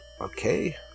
Okay